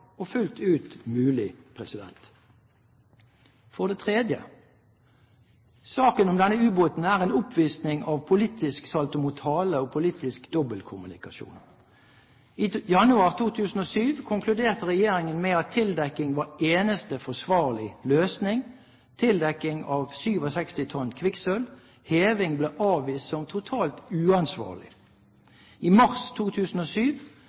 og fullt ut mulig. For det tredje: Saken om denne ubåten er en oppvisning i politisk saltomortale og politisk dobbeltkommunikasjon. I januar 2007 konkluderte regjeringen med at tildekking var eneste forsvarlige løsning – tildekking av 67 tonn kvikksølv. Heving ble avvist som totalt uansvarlig. I mars 2007